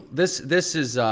this this is,